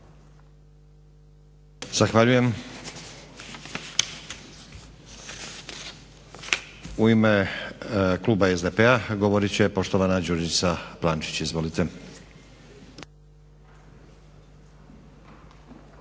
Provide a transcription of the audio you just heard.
Zahvaljujem. U ime kluba SDP-a govorit će poštovana Đurđica Plančić, izvolite.